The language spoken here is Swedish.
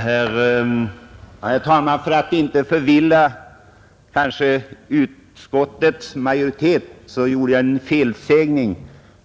Herr talman! För att inte förvilla utskottets majoritet är det bäst att påpeka att jag gjorde en felsägning.